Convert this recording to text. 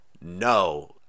No